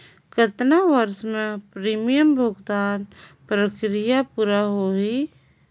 कतना वर्ष मे प्रीमियम भुगतान प्रक्रिया पूरा होही?